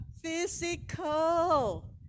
physical